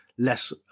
Less